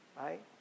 right